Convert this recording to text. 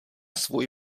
svůj